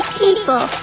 people